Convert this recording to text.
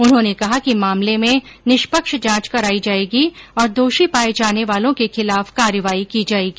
उन्होंने कहा कि मामले में निष्पक्ष जांच कराई जाएगी और दोषी पाए जाने वालों के खिलाफ कार्रवाई की जाएगी